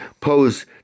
pose